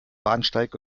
bahnsteig